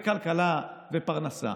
כלכלה ופרנסה.